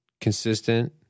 consistent